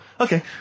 Okay